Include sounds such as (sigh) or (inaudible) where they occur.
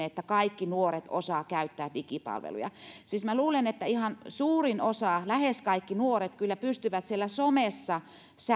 (unintelligible) että kaikki nuoret osaavat käyttää digipalveluja siis minä luulen että ihan suurin osa lähes kaikki nuoret kyllä pystyvät siellä somessa